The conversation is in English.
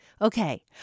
Okay